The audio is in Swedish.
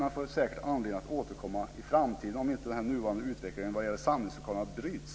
Vi får säkert anledning att återkomma i framtiden om inte den nuvarande utvecklingen vad gäller samlingslokalerna bryts.